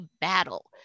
battle